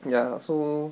ya so